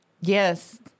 Yes